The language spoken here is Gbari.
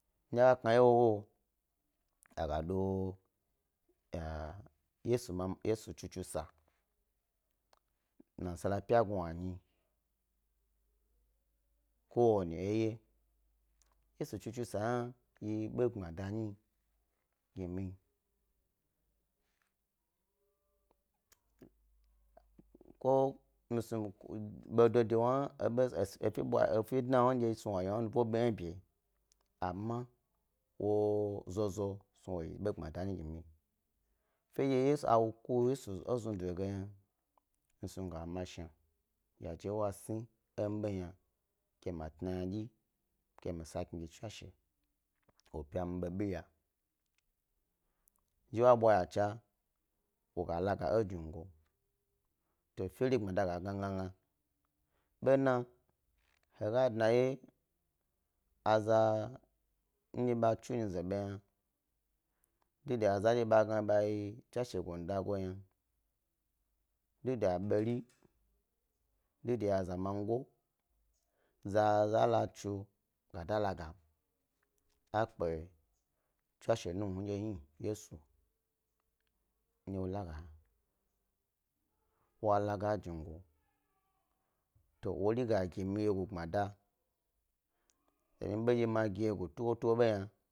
Ndye a kna e eye wowo, ga do yesu tsu tsu sa nasa pya gnanyi ko wani eye, yesu tsu tsu sa hna yi eba gbmada nyi gi mi, ko bedo wna efe dna, yi snu yay a wna de nubu biyna bi, amma wozozo snu wo yi gbmada bo gi mi, fen dye a ku yesu eznudu lo gna mi snu mi ga mashna yase wa sni e mi bo lo gna ke ma yna gnadyi ke mi sa kni gi tswashe wopya mi babe ya, zhi ba ynacha wo ga la ga ednigo, to feri gbmada ga gna mi gna ɓena he tna wye aza be tsu nyi ɓo yna du de aza ɓa gha ɓa yi tswashe gnandago yi yna, du de aberi, de ya zamago zaza la tsu ga da la gam a kpe tswashe nuwna ndye hni yesu ndye wo la ga yna, wa la ga ejnugo to wori ga gi mi wyego gbada don bo ma gi mi wyego tugo tu wo ɓe yna.